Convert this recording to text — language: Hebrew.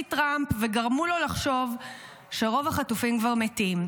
טראמפ וגרמו לו לחשוב שרוב החטופים כבר מתים,